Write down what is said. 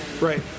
right